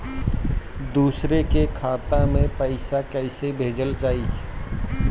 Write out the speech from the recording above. दूसरे के खाता में पइसा केइसे भेजल जाइ?